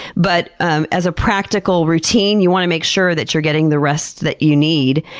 but um as a practical routine you want to make sure that you're getting the rest that you need.